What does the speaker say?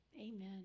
Amen